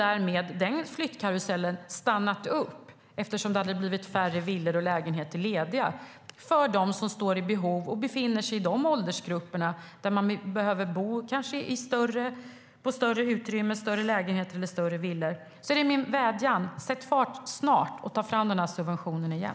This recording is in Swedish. Därmed skulle den flyttkarusellen ha stannat upp eftersom det skulle ha blivit färre villor och lägenheter lediga för dem som är i behov och befinner sig i de åldersgrupper där man kanske behöver bo på ett större utrymme, i större lägenheter eller större villor. Därför är min vädjan: Sätt fart snart, och ta fram subventionen igen!